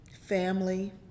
family